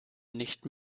nicht